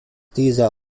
dieser